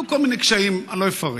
היו כל מיני קשיים, אני לא אפרט.